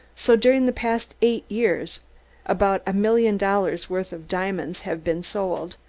so during the past eight years about a million dollars' worth of diamonds have been sold,